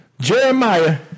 Jeremiah